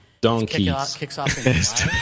donkeys